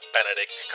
Benedict